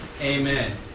Amen